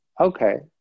Okay